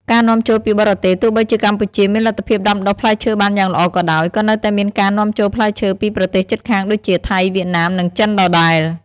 ការនាំចូលពីបរទេសទោះបីជាកម្ពុជាមានលទ្ធភាពដាំដុះផ្លែឈើបានយ៉ាងល្អក៏ដោយ ក៏នៅតែមានការ នាំចូលផ្លែឈើ ពីប្រទេសជិតខាងដូចជា ថៃ វៀតណាម និងចិនដដែល។